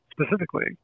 specifically